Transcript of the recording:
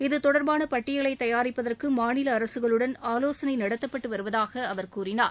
இதுதொடர்பான பட்டியலை தயாரிப்பதற்கு மாநில அரசுகளுடன் ஆலோசனை நடத்தப்படுவதாக அவர் கூறினார்